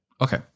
okay